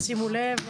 אז שימו לב.